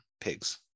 pigs